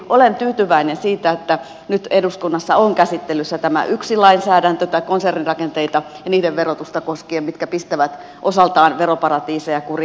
olen tyytyväinen siitä että nyt eduskunnassa on käsittelyssä tämä yksi lainsäädäntö konsernirakenteita ja niiden verotusta koskien mikä pistää osaltaan veroparatiiseja kuriin